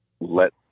let